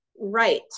right